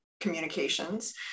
communications